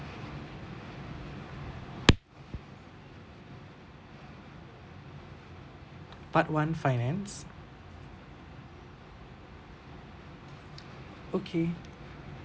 part one finance okay